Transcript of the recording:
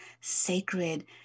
sacred